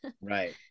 Right